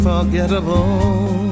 Unforgettable